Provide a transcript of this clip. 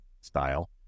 style